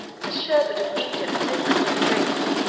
the sherbet of egypt was his common drink.